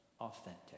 authentic